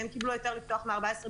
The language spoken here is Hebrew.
הם קיבלו היתר לפתוח ב-14 ביוני.